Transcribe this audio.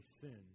sin